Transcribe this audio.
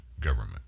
government